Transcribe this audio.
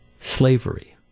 slavery